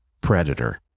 Predator